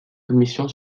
commission